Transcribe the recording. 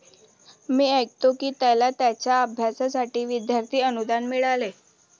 मी ऐकतो की त्याला त्याच्या अभ्यासासाठी विद्यार्थी अनुदान मिळाले